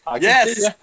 yes